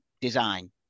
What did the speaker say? design